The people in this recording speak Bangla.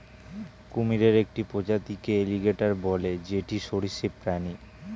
কুমিরের একটি প্রজাতিকে এলিগেটের বলে যেটি সরীসৃপ প্রাণী